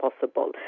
possible